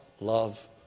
love